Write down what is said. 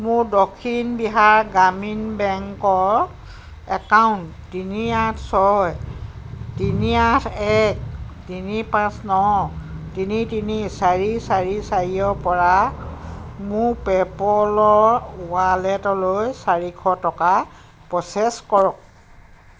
মোৰ দক্ষিণ বিহাৰ গ্ৰামীণ বেংকৰ একাউণ্ট তিনি আঠ ছয় তিনি আঠ এক তিনি পাঁচ ন তিনি তিনি চাৰি চাৰি চাৰিৰ পৰা মোৰ পে'পলৰ ৱালেটলৈ চাৰিশ টকা প্ৰ'চেছ কৰক